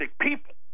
people